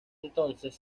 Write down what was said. entonces